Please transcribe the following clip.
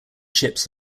chips